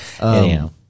Anyhow